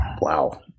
Wow